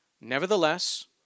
nevertheless